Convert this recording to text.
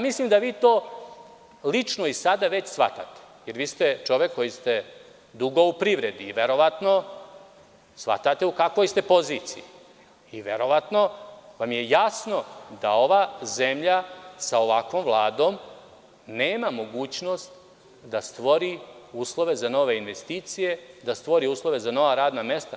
Mislim da vi to lično i sada već shvatate, jer vi ste čovek koji je dugo u privredi i verovatno shvatate u kakvoj ste poziciji i verovatno vam je jasno da ova zemlja sa ovakvom Vladom nema mogućnost da stvori uslove za nove investicije, da stvori uslove za nova radna mesta.